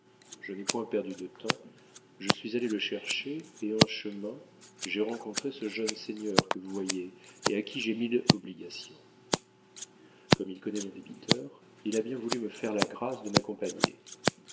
je n'ai point perdu de temps je suis allé le chercher et en chemin j'ai rencoutré ce jeune seigneur que vou voyez et à qui j'ai mille obligations comme il connaît mon débiteur il a bien voulu me faire la grâce de m'accompagner